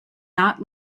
not